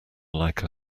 like